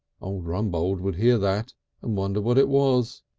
old rumbold would hear that and wonder what it was.